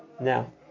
Now